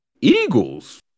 Eagles